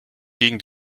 gegen